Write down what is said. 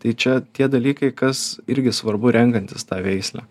tai čia tie dalykai kas irgi svarbu renkantis tą veislę